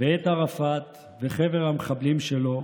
ואת ערפאת וחבר המחבלים שלו,